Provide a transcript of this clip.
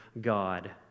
God